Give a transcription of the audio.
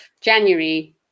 January